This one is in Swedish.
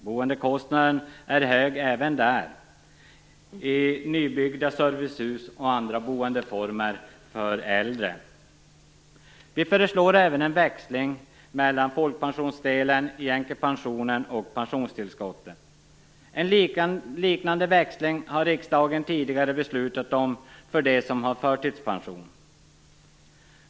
Boendekostnaden är hög även där i nybyggda servicehus och andra boendeformer för äldre. Vi föreslår även växling mellan folkpensionsdelen i änkepensionen och pensionstillskottet. En liknande växling har riksdagen tidigare beslutat om för dem som har förtidspension.